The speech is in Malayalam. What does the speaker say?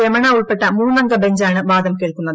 രമണ ഉൾപ്പെട്ട മൂന്നംഗ ബെഞ്ചാണ് വാദം കേൾക്കുന്നത്